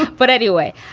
but anyway,